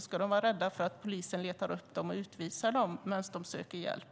Ska de vara rädda för att polisen letar upp dem för att utvisa dem medan de söker hjälp?